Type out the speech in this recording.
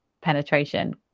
penetration